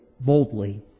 Boldly